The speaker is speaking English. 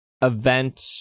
event